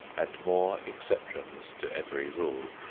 and more exceptions to every rule.